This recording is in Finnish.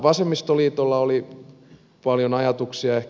vasemmistoliitolla oli paljon ajatuksia